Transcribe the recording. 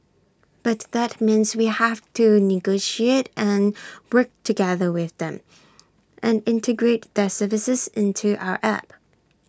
but that means we have to negotiate and work together with them and integrate their services into our app